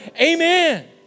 Amen